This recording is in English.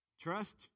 Trust